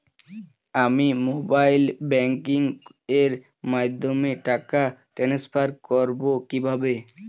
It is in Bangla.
আমি মোবাইল ব্যাংকিং এর মাধ্যমে টাকা টান্সফার করব কিভাবে?